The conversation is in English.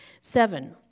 Seven